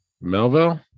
Melville